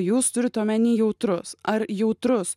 jūs turit omeny jautrus ar jautrus